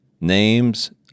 Names